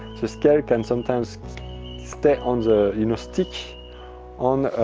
the scale can sometimes stay on the you know stick on